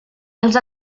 els